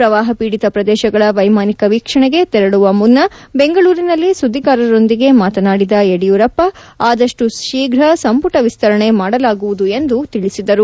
ಪ್ರವಾಹ ಪೀದಿತ ಪ್ರದೇಶಗಳ ವೈಮಾನಿಕ ವೀಕ್ಷಣೆಗೆ ತೆರಳುವ ಮುನ್ನ ಬೆಂಗಳೂರಿನಲ್ಲಿ ಸುದ್ದಿಗಾರರೊಂದಿಗೆ ಮಾತನಾಡಿದ ಯಡಿಯೂರಪ್ಪ ಆದಷ್ಟು ಶೀಘ್ರ ಸಂಪುಟ ವಿಸ್ತರಣೆ ಮಾಡಲಾಗುವುದು ಎಂದು ಹೇಳಿದರು